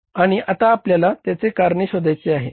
आणि आता आपल्याला त्याचे कारण शोधायचे आहे